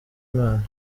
mana